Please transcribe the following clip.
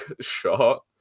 shot